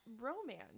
romance